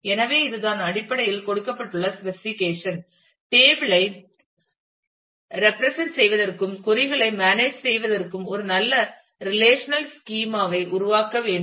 எனவே இதுதான் அடிப்படையில் கொடுக்கப்பட்ட ஸ்பெசிஃபிகேஷன் டேபிள் ஐ ரேபிரசன்ட் செய்வதற்கும் கொறி களை மேனேஜ் செய்வதற்கும் ஒரு நல்ல ரெலேஷனல் ஸ்கீமா ஐ உருவாக்க வேண்டும்